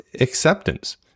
acceptance